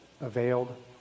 availed